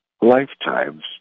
lifetimes